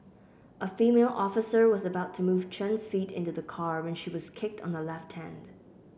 a female officer was about to move Chen's feet into the car when she was kicked on her left hand